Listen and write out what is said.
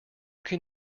can